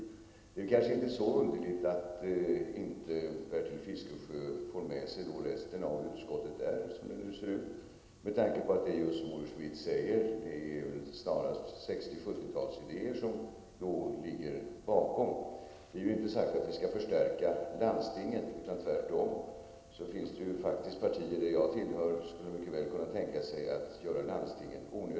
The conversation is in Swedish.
Det kanske inte är så underligt att Bertil Fiskesjö inte får med sig resten av utskottet, med tanke på att det snarast är 1960 och 1970-talsidéer som ligger bakom, som Olle Schmidt sade. Det är inte sagt att vi skall förstärka landstingen. Det finns många partier -- bl.a. det jag tillhör -- som tvärtom mycket väl kan tänka sig att avskaffa landstingen.